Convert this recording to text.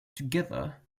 together